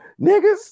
Niggas